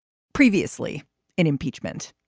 previously in impeachment